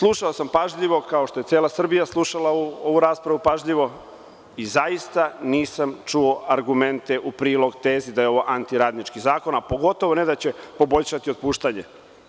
Slušao sam pažljivo, kao što je cela Srbija slušala ovu raspravu i zaista nisam čuo argumente u prilog tezi da je ovo antiradnički zakon, a pogotovo ne da će poboljšati otpuštanje.